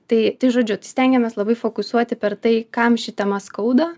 tai tai žodžiu tai stengiamės labai fokusuoti per tai kam ši tema skauda